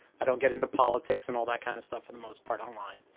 i don't get into politics and all that kind of stuff for the most part online.